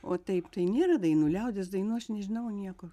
o taip tai nėra dainų liaudies dainų aš nežinau nieko